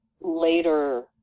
later